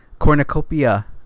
Cornucopia